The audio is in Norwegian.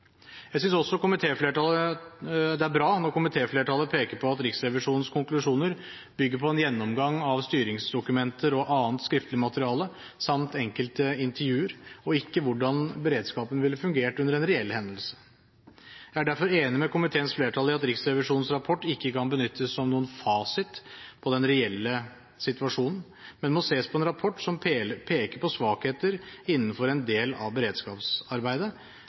Jeg synes også det er bra når komitéflertallet peker på at Riksrevisjonens konklusjoner bygger på en gjennomgang av styringsdokumenter og annet skriftlig materiale samt enkelte intervjuer, og ikke på hvordan beredskapen ville fungert under en reell hendelse. Jeg er derfor enig med komiteens flertall i at Riksrevisjonens rapport ikke kan benyttes som noen fasit på den reelle situasjonen, men må ses på som en rapport som peker på svakheter innenfor en del av beredskapsarbeidet